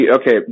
okay